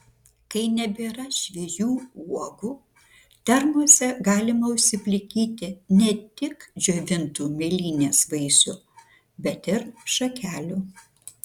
kai nebėra šviežių uogų termose galima užsiplikyti ne tik džiovintų mėlynės vaisių bet ir šakelių